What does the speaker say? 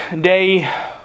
day